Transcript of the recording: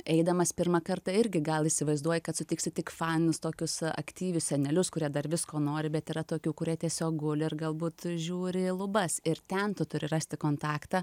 eidamas pirmą kartą irgi gal įsivaizduoji kad sutiksiu tik fainus tokius aktyvius senelius kurie dar visko nori bet yra tokių kurie tiesiog guli ir galbūt žiūri į lubas ir ten tu turi rasti kontaktą